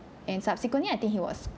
and subsequently I think he was